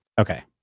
Okay